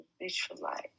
visualize